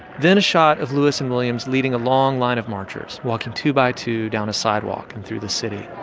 then a shot of lewis and williams leading a long line of marchers, walking two by two down a sidewalk and through the city.